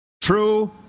True